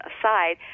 aside